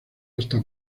hasta